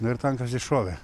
nu ir tankas iššovė